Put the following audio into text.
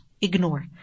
ignore